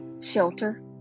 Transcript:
shelter